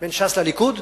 בין ש"ס לליכוד.